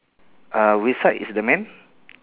uh which side is the man